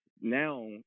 now